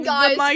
Guys